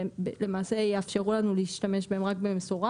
למעשה יאפשרו לנו להשתמש בהם רק במשורה,